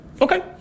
Okay